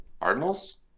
Cardinals